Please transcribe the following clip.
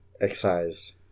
Excised